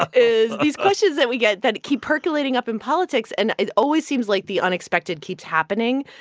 is these questions that we get that keep percolating up in politics and it always seems like the unexpected keeps happening.